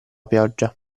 pioggia